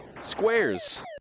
squares